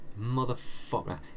Motherfucker